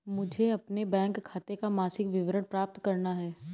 मुझे अपने बैंक खाते का मासिक विवरण प्राप्त करना है?